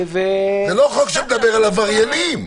זה לא חוק שמדבר על עבריינים.